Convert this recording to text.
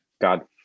god